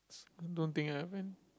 don't think I have eh